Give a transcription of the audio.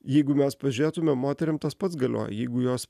jeigu mes pažiūrėtume moterim tas pats galioja jeigu jos